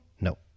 No